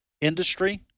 industry